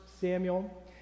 Samuel